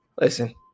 Listen